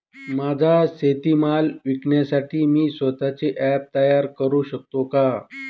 माझा शेतीमाल विकण्यासाठी मी स्वत:चे ॲप तयार करु शकतो का?